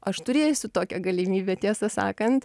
aš turėsiu tokią galimybę tiesą sakant